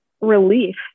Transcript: relief